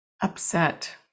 upset